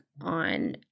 on